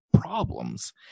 problems